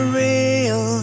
real